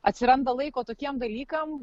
atsiranda laiko tokiem dalykam